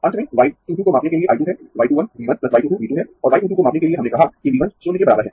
अंत में y 2 2 को मापने के लिए I 2 है y 2 1 V 1 y 2 2 V 2 है और y 2 2 को मापने के लिए हमने कहा कि V 1 शून्य के बराबर है